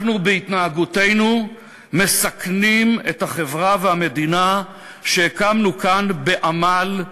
אנחנו בהתנהגותנו מסכנים את החברה והמדינה שהקמנו כאן בעמל,